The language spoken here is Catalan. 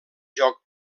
joc